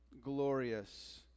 glorious